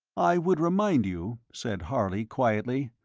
i would remind you, said harley, quietly,